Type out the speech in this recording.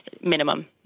minimum